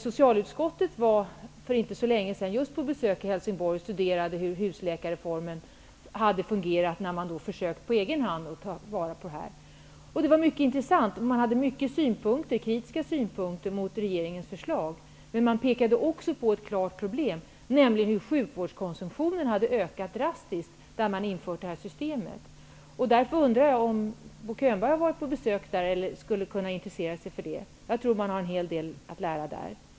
Socialutskottet var för inte så länge sedan på besök just i Helsingborg och studerade hur husläkarreformen hade fungerat när man försökt att på egen hand ta vara på den. Det var mycket intressant, och man hade många kritiska synpunkter mot regeringens förslag. Man pekade också på ett klart problem, nämligen att sjukvårdskonsumtionen hade ökat drastiskt där systemet införts. Därför undrar jag om Bo Könberg har varit på besök i Helsingborg eller om han skulle kunna intressera sig för det. Jag tror att man har en hel del att lära där.